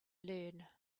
learn